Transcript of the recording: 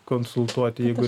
konsultuoti jeigu